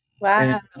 Wow